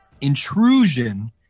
intrusion